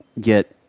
get